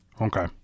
Okay